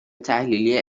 تحلیلی